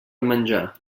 menjar